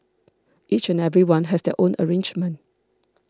each and everyone has their own arrangement